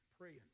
praying